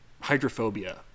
hydrophobia